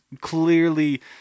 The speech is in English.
clearly